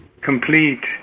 complete